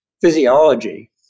physiology